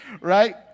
right